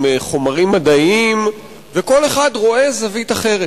עם חומרים מדעיים, וכל אחד רואה זווית אחרת.